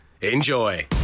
Enjoy